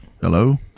Hello